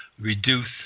reduce